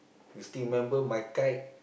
you still remember my kite